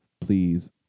please